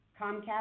Comcast